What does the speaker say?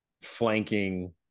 flanking